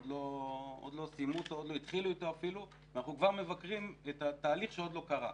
עוד לא התחילו אתו אפילו ואנחנו כבר מבקרים את התהליך שעוד לא קרה.